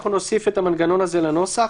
אנחנו נוסיף את המנגנון הזה לנוסח.